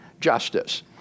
justice